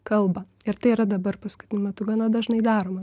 kalba ir tai yra dabar paskutiniu metu gana dažnai daroma